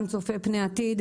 זה גם צופה פני עתיד,